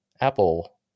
Apple